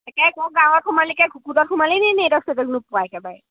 একে আকৌ গাঁৱত সোমালি একে ঘোকত সোমালি নিকি এই নুপোৱা একেবাৰে